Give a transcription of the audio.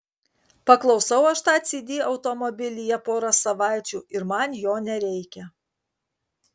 paklausau aš tą cd automobilyje pora savaičių ir man jo nereikia